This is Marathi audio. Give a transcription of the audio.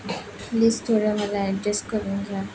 प्लीज थोडं मला ॲडजस्ट करून घ्या